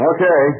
Okay